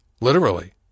Literally